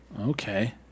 okay